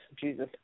Jesus